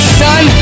son